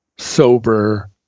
Sober